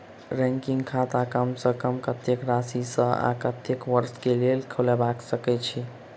recurring खाता कम सँ कम कत्तेक राशि सऽ आ कत्तेक वर्ष कऽ लेल खोलबा सकय छी